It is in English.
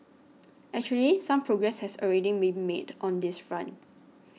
actually some progress has already been made on this front